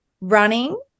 running